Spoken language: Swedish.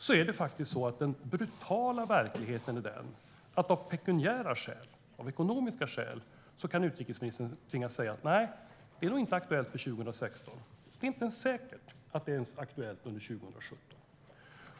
Den brutala verkligheten är nämligen den att utrikesministern av pekuniära skäl, av ekonomiska skäl, kan tvingas säga: Nej, det är nog inte aktuellt för 2016. Det är inte säkert att det är aktuellt ens för 2017.